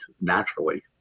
naturally